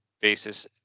basis